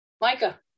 Micah